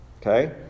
Okay